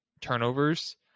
turnovers